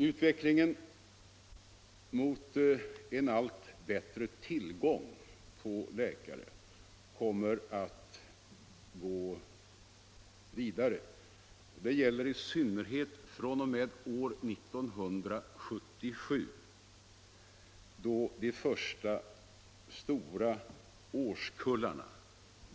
Utvecklingen mot en allt bättre tillgång på läkare kommer att gå vidare. Det gäller i synnerhet fr.o.m. år 1977 då de första stora årskullarna